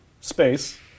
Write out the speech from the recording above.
Space